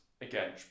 again